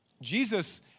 Jesus